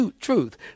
truth